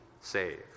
save